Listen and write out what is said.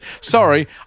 sorry